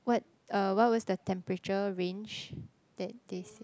what uh what was the temperature range that they said